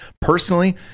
personally